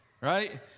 right